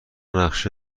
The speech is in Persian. نقشه